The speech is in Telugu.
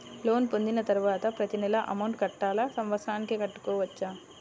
లోన్ పొందిన తరువాత ప్రతి నెల అమౌంట్ కట్టాలా? సంవత్సరానికి కట్టుకోవచ్చా?